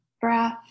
breath